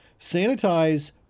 Sanitize